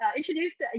introduced